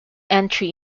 entry